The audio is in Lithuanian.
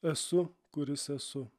esu kuris esu